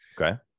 Okay